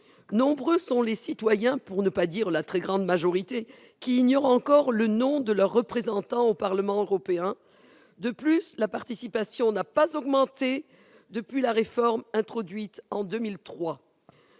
Nombreux sont les citoyens, pour ne pas dire la très grande majorité, qui ignorent encore le nom de leurs représentants au Parlement européen. De plus, la participation n'a pas augmenté depuis la réforme introduite en 2003.